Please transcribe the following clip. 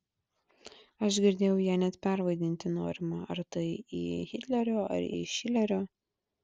aš girdėjau ją net pervadinti norima ar tai į hitlerio ar į šilerio